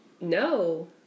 No